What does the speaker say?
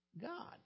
God